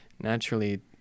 naturally